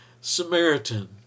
Samaritan